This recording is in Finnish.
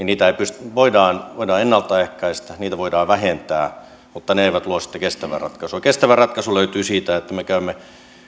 niitä voidaan voidaan ennalta ehkäistä niitä voidaan vähentää mutta ne eivät luo sitä kestävää ratkaisua kestävä ratkaisu löytyy siitä että me käymme